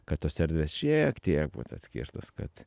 kad tos erdvės šiek tiek būtų atskirtos kad